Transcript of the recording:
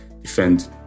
defend